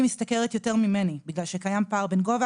היא משתכרת יותר ממני בגלל שקיים פער בין גובה